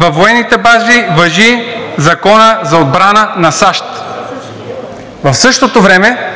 „Във военните бази важи Законът за отбрана на САЩ.“ В същото време